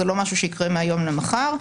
היא לא משהו שיקרה מהיום למחר,